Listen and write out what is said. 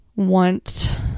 want